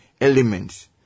elements